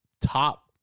top